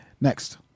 Next